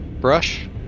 brush